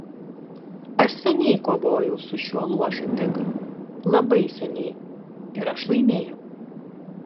aš seniai kovojau su šiuo luošu tigru labai seniai ir aš laimėjau